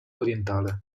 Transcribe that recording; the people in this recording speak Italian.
orientale